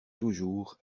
toujours